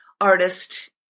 artist